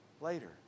later